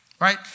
right